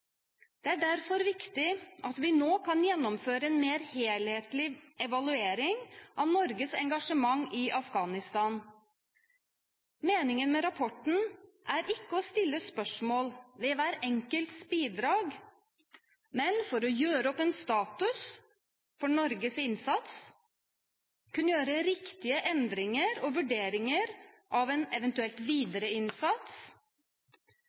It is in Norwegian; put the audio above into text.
Det er derfor viktig at vi nå kan gjennomføre en mer helhetlig evaluering av Norges engasjement i Afghanistan. Meningen med rapporten er ikke å stille spørsmål ved hver enkelts bidrag, men å gjøre opp status over Norges innsats for å kunne gjøre riktige endringer og vurderinger av en